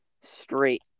straight